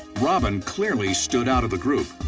robyn clearly stood out of the group.